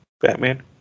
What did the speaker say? Batman